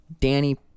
Danny